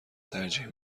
ترجیح